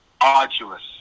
arduous